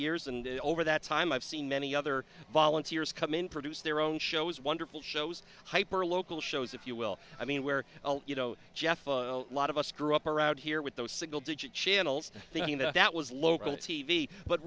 years and over that time i've seen many other volunteers come in produce their own shows wonderful shows hyper local shows if you will i mean where you know jeff a lot of us grew up around here with those single digit channels thinking that that was local t v but